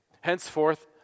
Henceforth